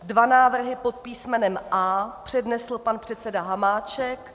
Dva návrhy pod písmenem A přednesl pan předseda Hamáček.